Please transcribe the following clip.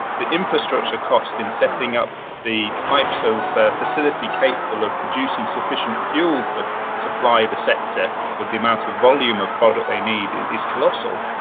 the infrastructure cost in setting up the types of facility capable of producing sufficient fuels that supply the sector with the amount of volume of product they need is colossal.